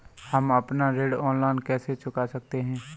हम अपना ऋण ऑनलाइन कैसे चुका सकते हैं?